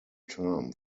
term